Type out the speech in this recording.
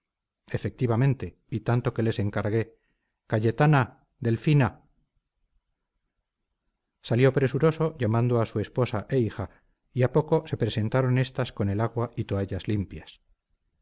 efectivamente y tanto que les encargué cayetana delfina salió presuroso llamando a su esposa e hija y a poco se presentaron estas con el agua y toallas limpias